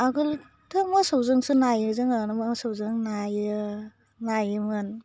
आगोलथ' मोसौजोंसो नायो जोङो मोसौजों नायो नायोमोन